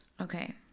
okay